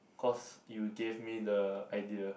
cause you gave me the idea